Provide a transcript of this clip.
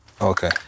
okay